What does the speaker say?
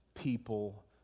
people